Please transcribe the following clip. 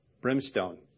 brimstone